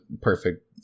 perfect